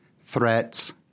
threats